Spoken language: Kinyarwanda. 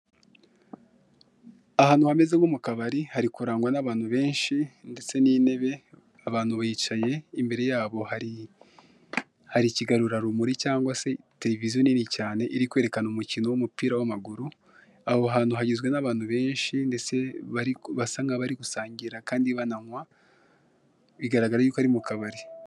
Ahantu hameze nko mu kabari hari kurangwa n'abantu benshi ndetse n'intebe, abantu bicaye, imbere yabo hari ikigarurarumuri cyangwa se tereviziyo nini cyane iri kwerekana umukino w'umupira w'amaguru, aho hantu hagizwe n'abantu benshi ndetse basa n'abari gusangira kandi bananywa, bigaragara yuko ari mu kabari.